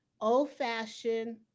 old-fashioned